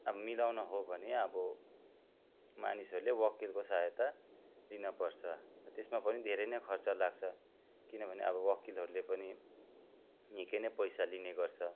मिलाउनु हो भने अब मानिसहरूले वकिलको सहायता लिन पर्छ त्यसमा पनि धेरै नै खर्च लाग्छ किनभने अब वकिलहरूले पनि निक्कै नै पैसा लिने गर्छ